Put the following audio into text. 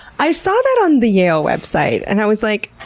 i saw that on the yale website and i was like,